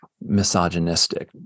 misogynistic